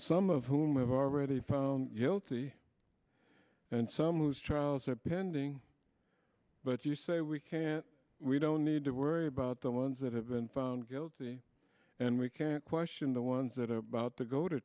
some of whom i've already found guilty and some whose trials are pending but you say we can't we don't need to worry about the ones that have been found guilty and we can't question the ones that are about to go to